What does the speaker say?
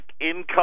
income